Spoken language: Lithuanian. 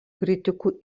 kritikų